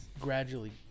gradually